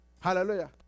Hallelujah